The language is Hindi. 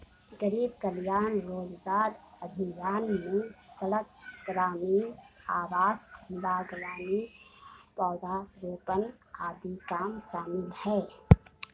गरीब कल्याण रोजगार अभियान में सड़क, ग्रामीण आवास, बागवानी, पौधारोपण आदि काम शामिल है